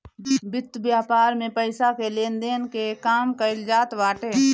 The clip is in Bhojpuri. वित्त व्यापार में पईसा के लेन देन के काम कईल जात बाटे